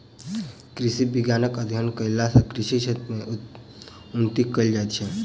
कृषि विज्ञानक अध्ययन कयला सॅ कृषि क्षेत्र मे उन्नति कयल जाइत छै